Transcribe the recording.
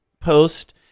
post